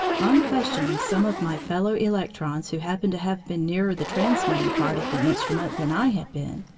on questioning some of my fellow-electrons who happened to have been nearer the transmitting part of the instrument than i had been,